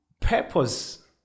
purpose